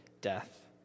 death